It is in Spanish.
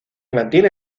mantiene